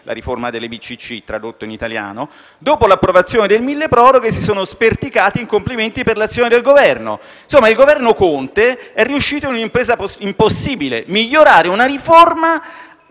la riforma delle banche di credito cooperativo), dopo l'approvazione del decreto milleproroghe si sono sperticate in complimenti per l'azione del Governo. Insomma, il Governo Conte è riuscito in un'impresa impossibile: migliorare una riforma,